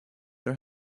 her